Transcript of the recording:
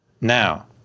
Now